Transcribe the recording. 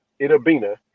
Itabina